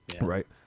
Right